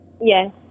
Yes